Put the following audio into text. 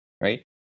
right